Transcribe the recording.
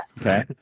Okay